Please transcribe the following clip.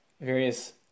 various